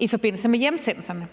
i forbindelse med hjemsendelserne,